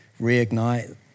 reignite